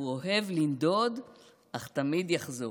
הוא אוהב לנדוד אך תמיד יחזור.